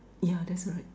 yeah that's right